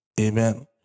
amen